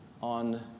on